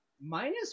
minus